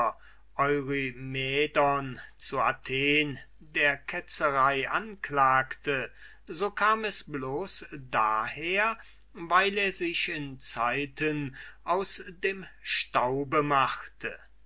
zu athen der ketzerei anklagte so kam es bloß daher weil er sich in zeiten aus dem staube machte